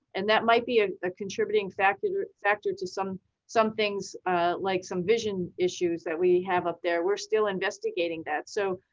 and that might be a ah contributing factor factor to some some things like some vision issues that we have up there. we're still investigating that. so,